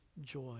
joy